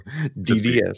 DDS